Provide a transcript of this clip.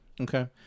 Okay